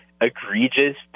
egregious